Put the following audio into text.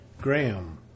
Graham